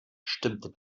stimmte